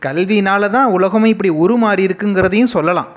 கல்வியினால் தான் உலகமே இப்படி உருமாறி இருக்குங்கிறதையும் சொல்லலாம்